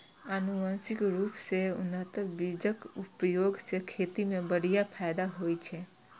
आनुवंशिक रूप सं उन्नत बीजक उपयोग सं खेती मे बढ़िया फायदा होइ छै